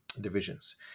divisions